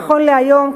נכון להיום,